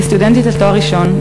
כסטודנטית לתואר ראשון,